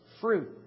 fruit